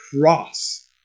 cross